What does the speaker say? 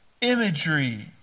imagery